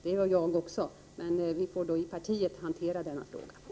Det gör jag också. Men vi får hantera denna fråga i partiet.